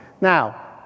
Now